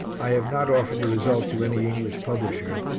i have not offered the result to any english publisher,